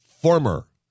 former